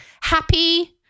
Happy